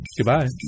Goodbye